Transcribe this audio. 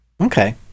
Okay